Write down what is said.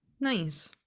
nice